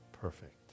Perfect